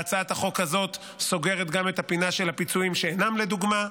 והצעת החוק הזאת סוגרת גם את הפינה של הפיצויים שאינם לדוגמה.